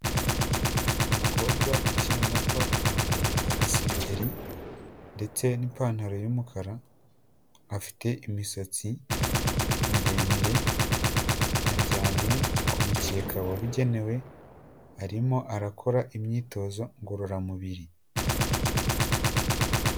Umukobwa ukiri muto yambaye agasengeri ndetse n'ipantaro y'umukara afite imisatsi miremire aryamye ku mukeka wabugenewe arimo arakora imyitozo ngororamubiri.